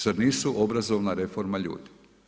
Zar nisu obrazovna reforma ljudi?